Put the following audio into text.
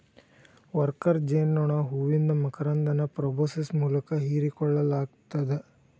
worker ಜೇನನೋಣ ಹೂವಿಂದ ಮಕರಂದನ ಪ್ರೋಬೋಸಿಸ್ ಮೂಲಕ ಹೇರಿಕೋಳ್ಳಲಾಗತ್ತದ